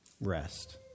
rest